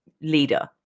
Leader